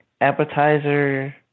appetizer